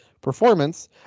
performance